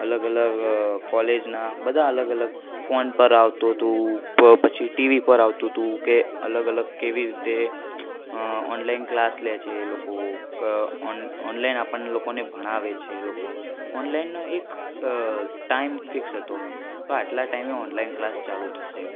અલગ અલગ કોલેજના બધા અલગ અલગ ફોન પર આવતું હતું પછી ટીવી પર આવતું હતું કે અલગ અલગ કેવી રીતે ઓનલાઈન ક્લાસ લે છે એ લોકો ઓનલાઈન આપણને લોકોને ભણાવે છે એ લોકો ઓનલાઈનનો એક ટાઈમ ફિક્સ હતો કે આટલા ટાઈમે ઓનલાઈન ક્લાસ ચાલુ થશે